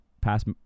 past